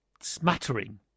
smattering